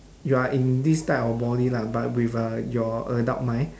you are in this type of body lah but with uh your adult mind